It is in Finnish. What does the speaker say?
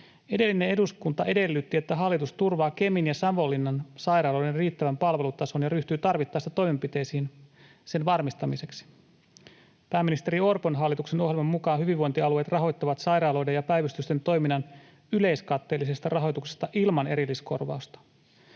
Edellinen eduskunta edellytti, että hallitus turvaa Kemin ja Savonlinnan sairaaloiden riittävän palvelutason ja ryhtyy tarvittaessa toimenpiteisiin sen varmistamiseksi. Pääministeri Orpon hallituksen ohjelman mukaan hyvinvointialueet rahoittavat sairaaloiden ja päivystysten toiminnan yleiskatteellisesta rahoituksesta ilman erilliskor-vausta.